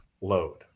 load